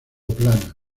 plana